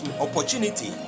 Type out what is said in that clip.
opportunity